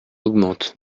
augmentent